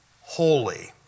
holy